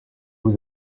vous